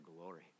glory